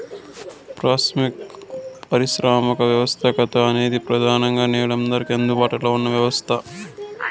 పారిశ్రామిక వ్యవస్థాపకత అనేది ప్రెదానంగా నేడు అందరికీ అందుబాటులో ఉన్న వ్యవస్థ